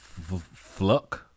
Fluck